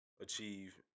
achieve